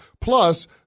Plus